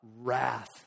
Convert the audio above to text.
wrath